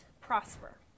prosper